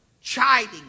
chiding